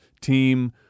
team